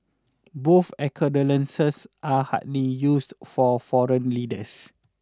both are hardly used for foreign leaders